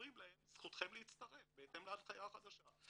אומרים להם "זכותכם להצטרף" בהתאם להנחיה החדשה.